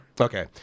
okay